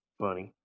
funny